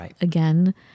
again